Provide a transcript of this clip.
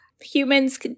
humans